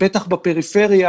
בטח בפריפריה,